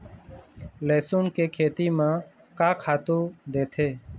लेसुन के खेती म का खातू देथे?